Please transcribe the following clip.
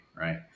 right